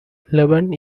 eleven